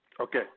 Okay